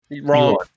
Wrong